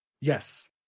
Yes